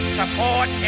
support